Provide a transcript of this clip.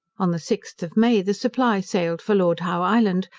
on the sixth of may the supply sailed for lord howe island,